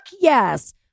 yes